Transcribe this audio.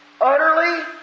Utterly